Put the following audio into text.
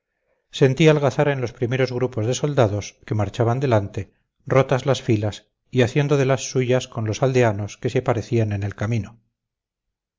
sentí algazara en los primeros grupos de soldados que marchaban delante rotas las filas y haciendo de las suyas con los aldeanos que se parecían en el camino